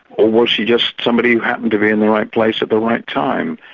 or was she just somebody who happened to be in the right place at the right time?